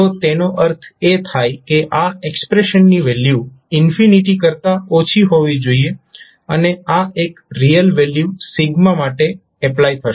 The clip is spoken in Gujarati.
તો તેનો અર્થ એ થાય કે આ એક્સપ્રેશનની વેલ્યુ કરતાં ઓછી હોવી જોઈએ અને આ એક રિયલ વેલ્યૂ માટે એપ્લાય થશે